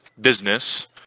business